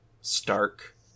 stark